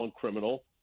criminal